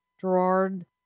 Gerard